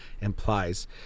implies